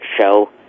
show